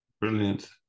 Brilliant